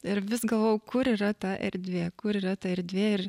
ir vis galvojau kur yra ta erdvė kur yra ta erdvė ir